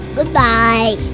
Goodbye